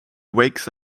wakes